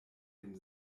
dem